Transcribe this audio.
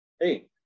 hey